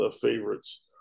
favorites